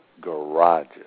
garages